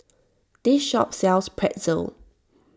this shop sells Pretzel